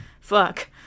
Fuck